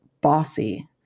bossy